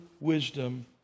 wisdom